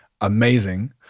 amazing